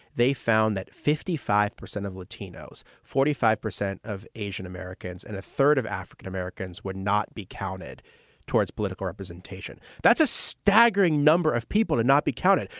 they found that fifty five percent of latinos, forty five percent of asian-americans and a third of african-americans would not be counted towards political representation. that's a staggering number of people should and not be counted.